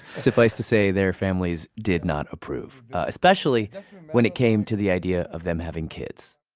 suffice to say, their families did not approve. especially when it came to the idea of them having kids.